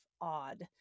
odd